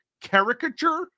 caricature